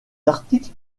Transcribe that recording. articles